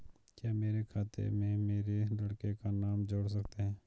क्या मेरे खाते में मेरे लड़के का नाम जोड़ सकते हैं?